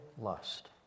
lust